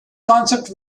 concept